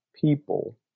people